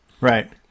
right